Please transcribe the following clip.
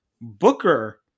Booker